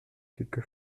quelque